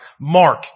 Mark